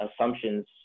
assumptions